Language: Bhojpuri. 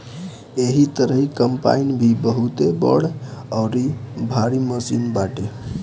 एही तरही कम्पाईन भी बहुते बड़ अउरी भारी मशीन बाटे